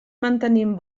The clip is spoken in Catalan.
mantenim